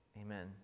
Amen